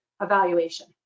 evaluation